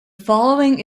following